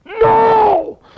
No